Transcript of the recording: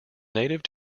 native